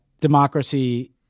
democracy